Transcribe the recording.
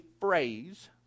phrase